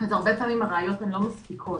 הרבה פעמים הראיות לא מספיקות.